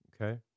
Okay